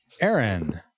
Aaron